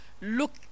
look